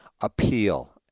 appeal